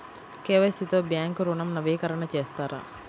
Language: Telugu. కే.వై.సి తో బ్యాంక్ ఋణం నవీకరణ చేస్తారా?